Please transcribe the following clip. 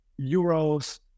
euros